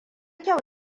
kyau